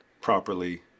properly